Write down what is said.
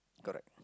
correct